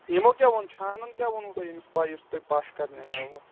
یِمو کیٛاہ ووٚن چھانَن کیٛاہ ووٚنوُ تۄہہِ ییٚمِس پَے یُس تۄہہِ پَش کَرنہِ اَنیوُ